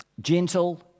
gentle